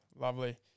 lovely